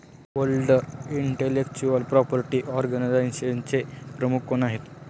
World intellectual property ऑर्गनायझेशनचे प्रमुख कोण आहेत?